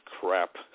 crap